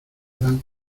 dan